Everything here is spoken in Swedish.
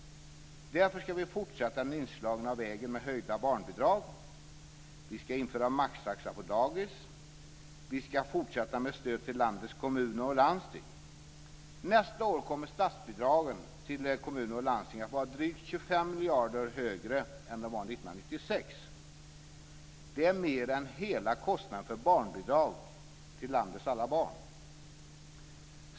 Därför ska vi fortsätta på den inslagna vägen med höjda barnbidrag. Vi ska införa maxtaxa på dagis. Vi ska fortsätta med stöd till landets kommuner och landsting. Nästa år kommer statsbidragen till kommuner och landsting att vara drygt 25 miljarder högre än de var 1996. Det är mer än hela kostnaden för barnbidrag till landets alla barn.